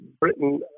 Britain